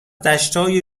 دشتای